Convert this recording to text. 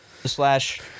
slash